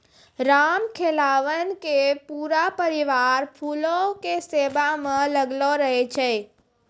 रामखेलावन के पूरा परिवार फूलो के सेवा म लागलो रहै छै